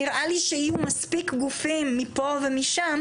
נראה לי שיהיו מספיק גופים מפה ומשם,